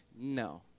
no